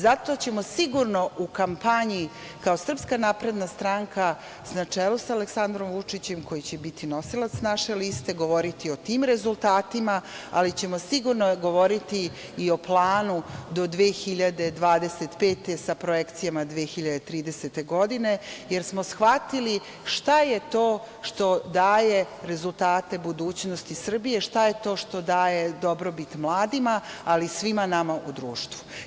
Zato ćemo sigurno u kampanji kao SNS, na čelu sa Aleksandrom Vučićem koji će biti nosilac naše liste, govoriti o tim rezultatima, ali ćemo sigurno govoriti i o planu do 2025. godine sa projekcijama 2030. godine, jer smo shvatili šta je to što daje rezultate budućnosti Srbije, šta je to što daje dobrobit mladima, ali i svima nama u društvu.